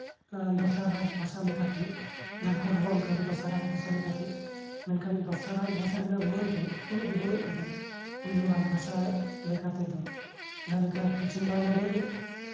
ᱯᱚᱥᱪᱷᱤᱢᱵᱚᱝᱜᱚ ᱨᱮ ᱫᱚᱥᱟᱨ ᱨᱟᱡᱽ ᱵᱷᱟᱥᱟ ᱞᱮᱠᱟᱛᱮ ᱡᱷᱟᱲᱠᱷᱚᱱᱰᱨᱮ ᱫᱚᱥᱟᱨ ᱨᱟᱡᱽ ᱵᱷᱟᱥᱟ ᱞᱮᱠᱟᱛᱮ ᱢᱮᱱᱠᱷᱟᱱ ᱫᱚᱥᱟᱨ ᱨᱟᱡᱽ ᱵᱷᱟᱥᱟ ᱨᱮᱭᱟᱜ ᱩᱱᱟᱹᱜ ᱢᱟᱹᱱ ᱫᱚ ᱵᱟᱹᱱᱩᱜ ᱟᱠᱟᱫᱟ ᱯᱳᱭᱞᱳ ᱨᱟᱡᱽ ᱵᱷᱟᱥᱟ ᱞᱮᱠᱟᱛᱮ ᱫᱚ ᱯᱚᱥᱪᱷᱤᱢ ᱵᱟᱝᱞᱟᱨᱮ